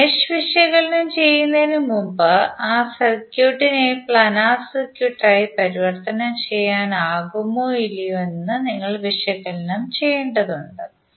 അതിനാൽ മെഷ് വിശകലനം ചെയ്യുന്നതിന് മുമ്പ് ആ സർക്യൂട്ടിനെ പ്ലാനർ സർക്യൂട്ടായി പരിവർത്തനം ചെയ്യാനാകുമോ ഇല്ലയോ എന്ന് നിങ്ങൾ വിശകലനം ചെയ്യേണ്ടതുണ്ട്